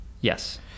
Yes